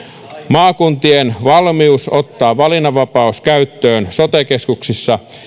maakuntien valmius ottaa valinnanvapaus käyttöön sote keskuksissa